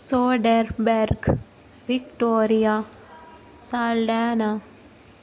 Soderbergh Victoria Saldana